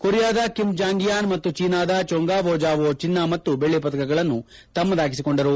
ಕೊರಿಯಾದ ಕಿಮ್ ಜಾಂಗಿಯಾನ್ ಪಾಗೂ ಜೀನಾದ ಜೋಂಗಾವೋ ಜಾವೋ ಜಿನ್ನ ಮತ್ತು ಬೆಳ್ಳಿ ಪದಕಗಳನ್ನು ತಮ್ನದಾಗಿಸಿಕೊಂಡರು